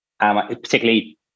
Particularly